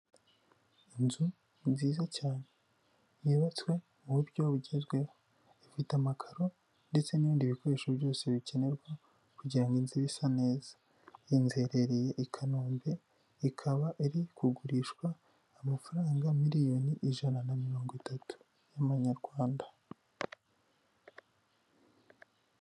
Inzu nziza cyane yubatswe mu buryo bugezweho ifite amakaro ndetse n'ibindi bikoresho byose bikenerwa kugira ngo inzu ibe isa neza .Iyi nzu iherereye i Kanombe ikaba iri kugurishwa amafaranga miriyoni ijana na mirongo itatu y'amanyarwanda.